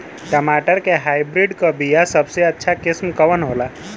टमाटर के हाइब्रिड क बीया सबसे अच्छा किस्म कवन होला?